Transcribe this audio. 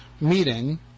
meeting